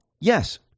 yes